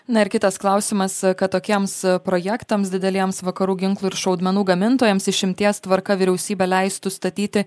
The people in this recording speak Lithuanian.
na ir kitas klausimas kad tokiems projektams dideliems vakarų ginklų ir šaudmenų gamintojams išimties tvarka vyriausybė leistų statyti